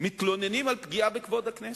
מתלוננים על פגיעה בכבוד הכנסת.